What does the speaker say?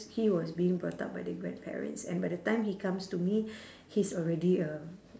he was being brought up by the grandparents and by the time he comes to me he's already a